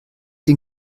den